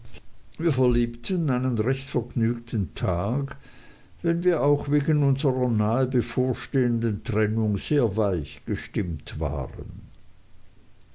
wir verlebten einen recht vergnügten tag wenn wir auch wegen unserer nahe bevorstehenden trennung sehr weich gestimmt waren